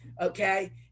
Okay